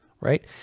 right